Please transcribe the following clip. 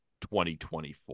2024